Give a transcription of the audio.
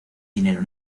dinero